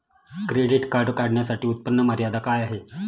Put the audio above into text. Credit card काढण्यासाठी उत्पन्न मर्यादा काय आहे?